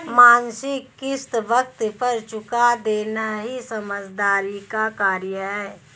मासिक किश्त वक़्त पर चूका देना ही समझदारी का कार्य है